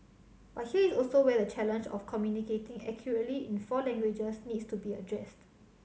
but here is also where the challenge of communicating accurately in four languages needs to be addressed